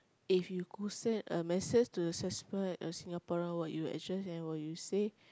if you could send a message to a a Singaporean what you address and what you say